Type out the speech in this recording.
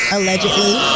Allegedly